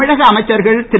தமிழக அமைச்சர்கள் திரு